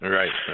right